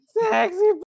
Sexy